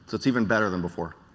so it's even better than before.